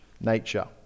nature